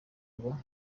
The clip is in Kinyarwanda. ngo